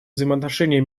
взаимоотношений